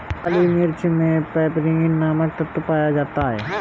काली मिर्च मे पैपरीन नामक तत्व पाया जाता है